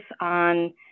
on